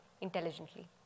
intelligently